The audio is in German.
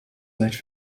leicht